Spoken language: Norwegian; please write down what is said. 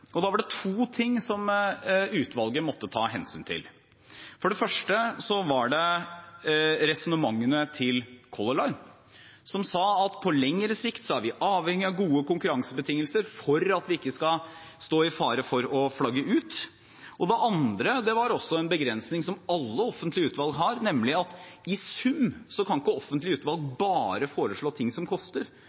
var det to ting utvalget måtte ta hensyn til. For det første var det resonnementene til Color Line, som sa at på lengre sikt er de avhengige av gode konkurransebetingelser for at de ikke skal stå i fare for å flagge ut. Det andre var en begrensning som alle offentlige utvalg har, nemlig at i sum kan ikke offentlige utvalg bare foreslå ting som koster,